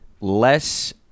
less